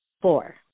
four